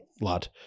lad